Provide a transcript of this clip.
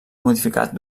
modificat